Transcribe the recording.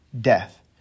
death